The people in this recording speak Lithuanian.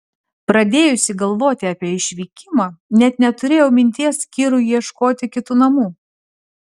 pradėjusi galvoti apie išvykimą net neturėjau minties kirui ieškoti kitų namų